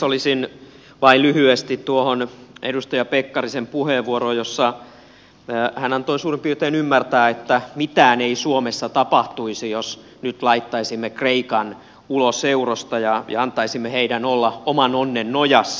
olisin vain lyhyesti todennut edustaja pekkarisen puheenvuoroon jossa hän antoi suurin piirtein ymmärtää että mitään ei suomessa tapahtuisi jos nyt laittaisimme kreikan ulos eurosta ja antaisimme heidän olla oman onnensa nojassa